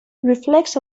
reflex